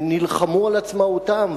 שנלחמו על עצמאותם.